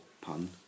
pun